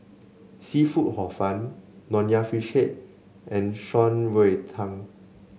seafood Hor Fun Nonya Fish Head and Shan Rui Tang